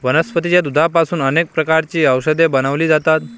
वनस्पतीच्या दुधापासून अनेक प्रकारची औषधे बनवली जातात